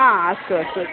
हा अस्तु अस्तु